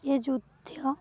ଏ ଯୁଦ୍ଧ